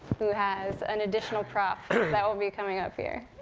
who has an additional prop that will be coming up here.